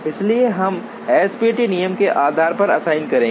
इसलिए हम SPT नियम के आधार पर असाइन करेंगे